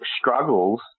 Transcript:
struggles